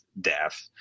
death